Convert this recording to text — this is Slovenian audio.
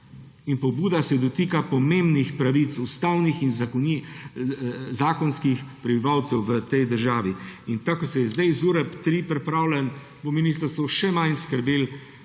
in pobuda se dotika pomembnih ustavnih in zakonskih pravic prebivalcev v tej državi. Tako, kot je zdaj ZUreP-3 pripravljen, bo ministrstvo še manj skrbelo,